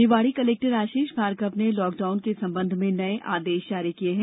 Niwari collector Ashish Bhargava ने lockdown के संबंध में नये आदेश जारी किये हैं